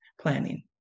planning